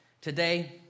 Today